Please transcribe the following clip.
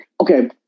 Okay